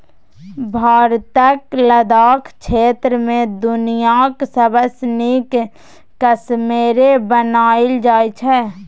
भारतक लद्दाख क्षेत्र मे दुनियाँक सबसँ नीक कश्मेरे बनाएल जाइ छै